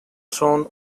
thrown